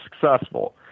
successful